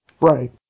Right